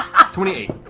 twenty eight.